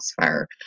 fire